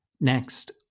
Next